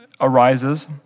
arises